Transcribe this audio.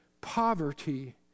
poverty